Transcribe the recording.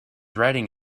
riding